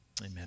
Amen